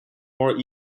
more